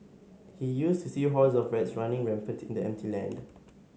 he used to see hordes of rats running rampant in the empty land